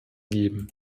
geben